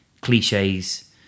cliches